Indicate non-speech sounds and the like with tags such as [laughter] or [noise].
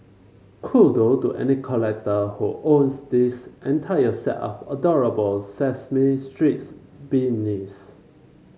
[unintelligible] to any collector who owns this entire set of adorable Sesame Streets beanies